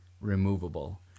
removable